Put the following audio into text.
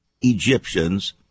Egyptians